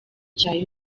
cya